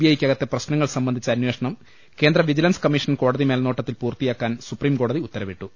I യ്ക്കകത്തെ പ്രശ്നങ്ങൾ സംബന്ധിച്ച അന്വേഷണം കേന്ദ്ര വിജിലൻസ് കമ്മീഷൻ കോടതി മേൽനോട്ടത്തിൽ പൂർത്തി യാക്കൻ സുപ്രീംകോടതി ഉത്തരവിട്ടു